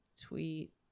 Tweet